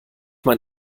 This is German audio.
man